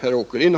herr Åkerlind.